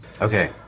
Okay